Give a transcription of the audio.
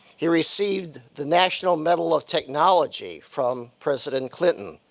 he received the national medal of technology from president clinton.